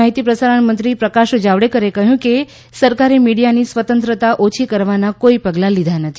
માહિતી પ્રસારણ મંત્રી પ્રકાશ જાવડેકરે કહ્યું કે સરકારે મીડિયાની સ્વતંત્રતા ઓછી કરવાના કોઈ પગલાં લીધા નથી